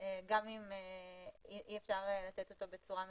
גם אם אי אפשר לתת אותו בצורה מספקת.